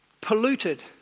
polluted